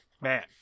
Man